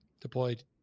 Deployed